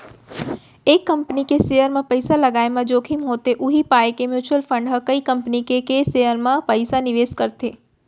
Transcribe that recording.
एक कंपनी के सेयर म पइसा लगाय म जोखिम होथे उही पाय के म्युचुअल फंड ह कई कंपनी के के सेयर म पइसा निवेस करथे